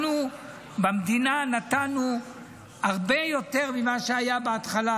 אנחנו במדינה נתנו הרבה יותר ממה שהיה בהתחלה,